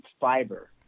fiber